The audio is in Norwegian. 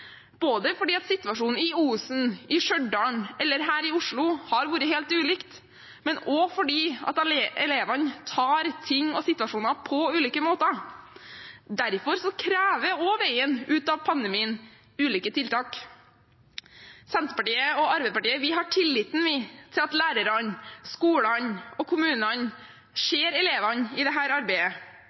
både fordi situasjonen i Osen, i Stjørdalen eller her i Oslo har vært helt ulik, og også fordi elevene tar ting og situasjoner på ulike måter. Derfor krever også veien ut av pandemien ulike tiltak. Senterpartiet og Arbeiderpartiet har tillit til at lærerne, skolen og kommunene ser elevene i dette arbeidet.